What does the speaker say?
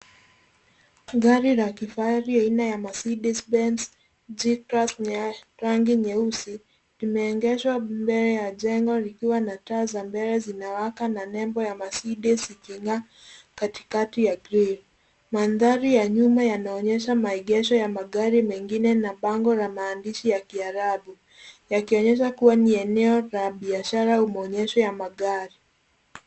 Gari la kifahari aina ya Mercedes Benz G-Class ya rangi nyeusi limeegeshwa mbele ya jengo likiwa na taa za mbele zinawaka na nembo ya Mercede iking'aa katikati ya grill . Mandhari ya nyuma yanaonyesha maegesho ya magari mengine na bango la maandishi ya Kiarabu, yakionyesha kuwa ni eneo la biashara au mwonyesho wa magari.